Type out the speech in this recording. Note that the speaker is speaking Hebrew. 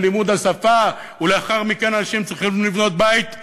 ללימוד השפה ולאחר מכן אנשים צריכים לבנות בית,